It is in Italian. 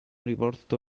rivolto